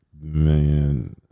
Man